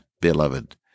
beloved